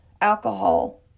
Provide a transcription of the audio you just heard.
alcohol